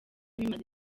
bimaze